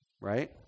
right